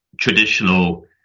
traditional